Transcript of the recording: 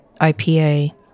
IPA